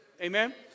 Amen